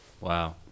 Wow